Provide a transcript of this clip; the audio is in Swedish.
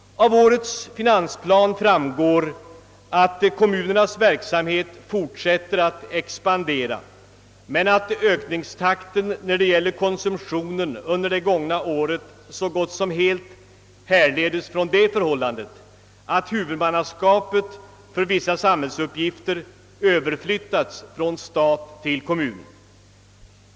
Av årets finansplan framgår att kommunernas verksamhet fortsätter att expandera men att ökningstakten i konsumtionen under det gångna året så gott som helt härledes från att huvudmannaskapet för vissa samhällsuppgifter har överflyttats från stat till kommun.